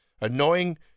annoying